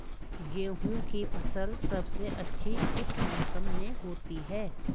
गेहूँ की फसल सबसे अच्छी किस मौसम में होती है